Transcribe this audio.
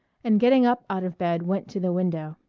and getting up out of bed went to the window.